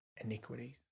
iniquities